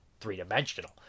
three-dimensional